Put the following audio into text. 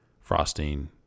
frosting